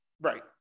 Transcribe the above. right